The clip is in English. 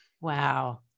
Wow